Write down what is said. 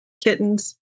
kittens